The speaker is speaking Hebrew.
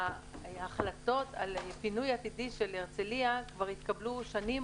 ההחלטות על פינוי עתידי של הרצליה כבר התקבלו שנים